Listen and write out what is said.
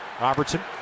Robertson